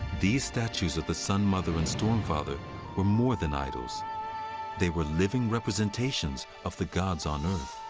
these statues of the sun mother and storm father were more than idols they were living representations of the gods on earth.